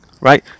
right